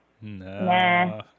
no